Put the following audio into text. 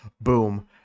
Boom